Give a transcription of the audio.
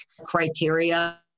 criteria